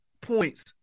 points